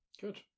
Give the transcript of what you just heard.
Good